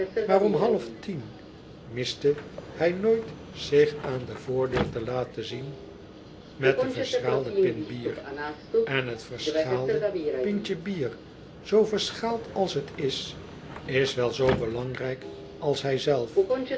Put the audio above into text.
maar om half tien miste hij nooit zich aan de voordeur te laten zien met de verschaalde pint bier en t verschaalde pintje bier zoo verschaald als t is is wel zoo belangrijk als hij zelf